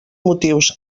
motius